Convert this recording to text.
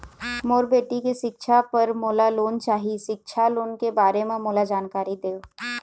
मोर बेटी के सिक्छा पर मोला लोन चाही सिक्छा लोन के बारे म मोला जानकारी देव?